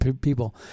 people